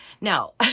now